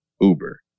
Uber